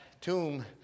tomb